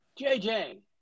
JJ